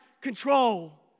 control